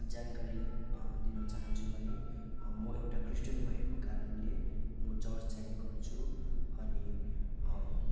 जानकारी दिन चाहन्छु भने म एउटा क्रिस्टियन भएको कारणले म चर्च जाने गर्छु अनि